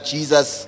Jesus